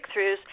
breakthroughs